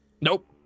nope